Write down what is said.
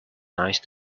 nice